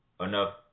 enough